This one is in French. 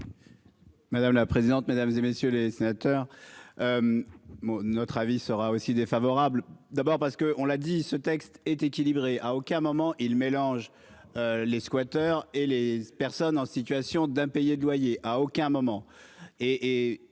Madame la présidente, mesdames et messieurs les sénateurs. Notre avis sera aussi défavorable d'abord parce que on l'a dit, ce texte est équilibré, à aucun moment il mélange. Les squatteurs et les personnes en situation d'impayés de loyers. À aucun moment et.